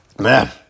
man